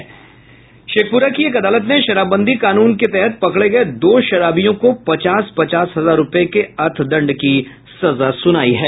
इधर शेखप्ररा की एक अदालत ने शराबबंदी कानून के के तहत पकड़े गये दो शराबियों को पचास पचास हजार रूपये के अर्थदंड की सजा सुनायी है